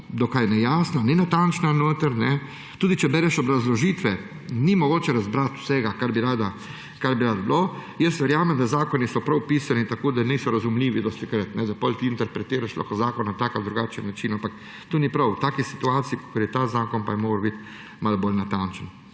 dokaj nejasna, nenatančna notri. Tudi če bereš obrazložitve, ni mogoče razbrati vsega, kar bi lahko bilo. Verjamem, da zakoni so prav pisani tako, da dostikrat niso razumljivo, da potem ti interpretiraš lahko zakon na tak ali na drugačen način. Ampak to ni prav! V taki situaciji, kakor je ta zakon, pa bi morali biti malo bolj natančni.